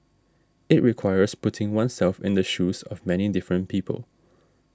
it requires putting oneself in the shoes of many different people